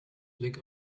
blick